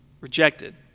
rejected